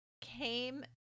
came